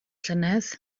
llynedd